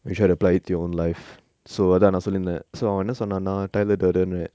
wish your apply it to your own life so அதா நா சொல்லிருந்த:atha na solliruntha so அவ என்ன சொன்னானா:ava enna sonnanaa